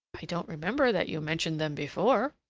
i don't remember that you mentioned them before.